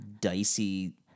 dicey